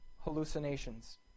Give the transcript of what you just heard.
hallucinations